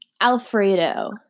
Alfredo